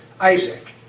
Isaac